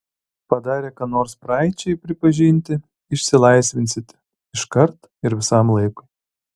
padarę ką nors praeičiai pripažinti išsilaisvinsite iškart ir visam laikui